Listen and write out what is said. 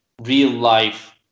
real-life